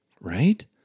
Right